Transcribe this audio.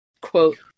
quote